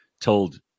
told